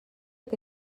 que